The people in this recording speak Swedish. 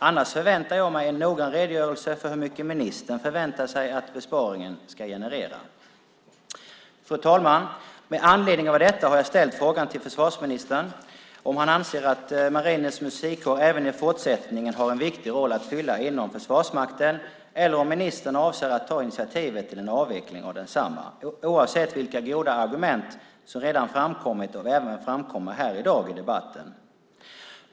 Annars förväntar jag mig en noggrann redogörelse för hur mycket ministern förväntar sig att besparingen ska generera. Fru talman! Med anledning av detta har jag ställt frågan till försvarsministern om han anser att Marinens musikkår även i fortsättningen har en viktig roll att fylla inom Försvarsmakten, eller om ministern avser att ta initiativet till en avveckling av densamma, oavsett vilka goda argument som redan framkommit och även framkommer här i dag i debatten.